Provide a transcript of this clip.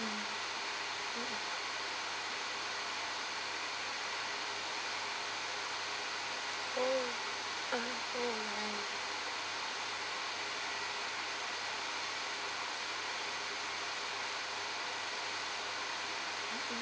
mm mm mm oh oh right